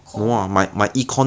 don't path towards my lane